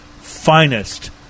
finest